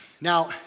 Now